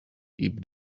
keep